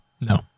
no